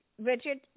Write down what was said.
Richard